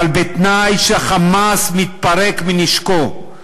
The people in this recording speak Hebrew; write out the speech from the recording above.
אבל בתנאי שה"חמאס" מתפרק מנשקו,